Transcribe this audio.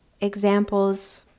examples